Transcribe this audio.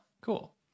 Cool